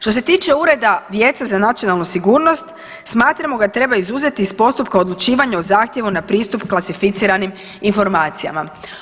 Što se tiče Ureda vijeća za nacionalnu sigurnost smatramo da ga treba izuzeti iz postupka odlučivanja o zahtjevu na pristup klasificiranim informacijama.